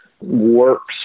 works